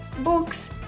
books